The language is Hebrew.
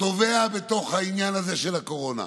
טובע בתוך העניין הזה של הקורונה.